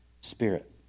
spirit